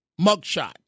mugshot